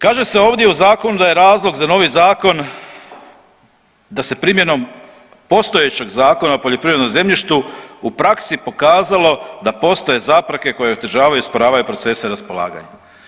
Kaže se ovdje u zakonu da je razlog za novi zakon da se primjenom postojećeg Zakona o poljoprivrednom zemljištu u praksi pokazalo da postoje zapreke koje otežavaju i usporavaju procese raspolaganja.